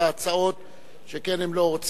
הצעת חוק צער בעלי-חיים (הגנה על